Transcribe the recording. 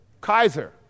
Kaiser